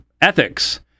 ethics